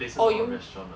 oh you